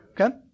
Okay